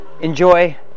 enjoy